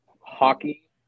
hockey